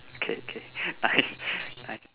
okay okay nice nice